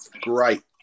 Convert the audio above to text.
great